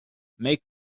make